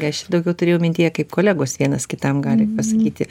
aš čia daugiau turėjau mintyje kaip kolegos vienas kitam gali pasakyti